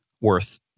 worth